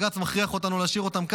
ואם בג"ץ מכריח אותנו להשאיר אותם כאן,